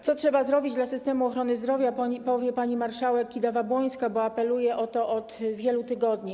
Co trzeba zrobić dla systemu ochrony zdrowia, powie pani marszałek Kidawa-Błońska, bo apeluje o to od wielu tygodni.